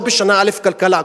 לא בשנה א' כלכלה,